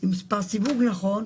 עם מספר סיווג נכון,